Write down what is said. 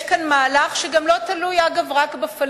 יש כאן מהלך שגם לא תלוי רק בפלסטינים.